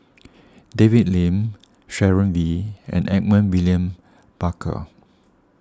David Lim Sharon Wee and Edmund William Barker